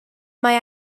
mae